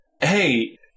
hey